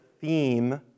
theme